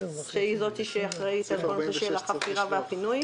שהיא אחראית על נושא החפירה והפינוי.